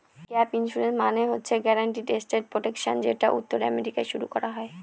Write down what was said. gap insurance মানে হচ্ছে guaranteed asset protection যেটা উত্তর আমেরিকায় শুরু করা হয়